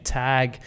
tag